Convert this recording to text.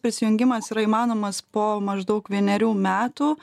prisijungimas yra įmanomas po maždaug vienerių metų